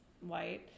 white